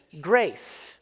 grace